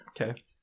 Okay